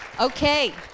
okay